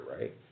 right